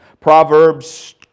Proverbs